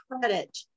credit